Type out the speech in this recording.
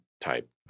type